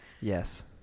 Yes